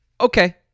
Okay